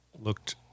looked